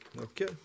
Okay